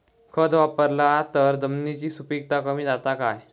खत वापरला तर जमिनीची सुपीकता कमी जाता काय?